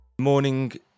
morning